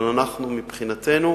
אבל אנחנו מבחינתנו,